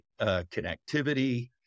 connectivity